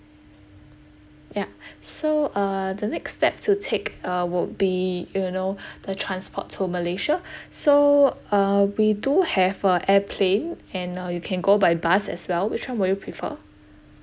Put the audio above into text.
ya so uh the next step to take uh would be you know the transport to malaysia so uh we do have a airplane and uh you can go by bus as well which one will you prefer